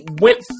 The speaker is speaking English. went